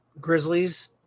Grizzlies